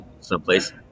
someplace